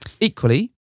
Equally